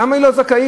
למה היא לא זכאית?